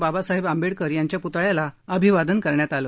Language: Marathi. बाबासाहेब आंबेडकर यांच्या पुतळ्याला अभिवादन करण्यात आलं